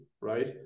right